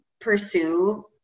pursue